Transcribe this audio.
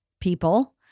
people